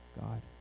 God